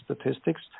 statistics